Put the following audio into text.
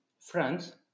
France